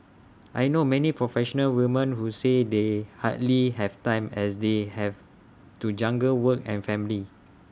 I know many professional woman who say they hardly have time as they have to juggle work and family